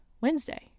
wednesday